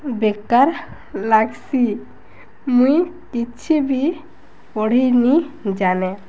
ବେକାର୍ ଲାଗ୍ସି ମୁଇଁ କିଛି ବି ପଢ଼ି ନି ଜାନେ